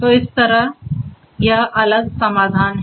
तो इस तरह अलग समाधान है